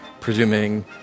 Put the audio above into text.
presuming